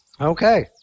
Okay